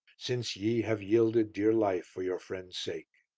since ye have yielded dear life for your friends' sake.